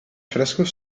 frescos